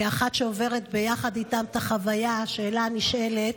כאחת שעוברת ביחד איתם את החוויה, השאלה הנשאלת: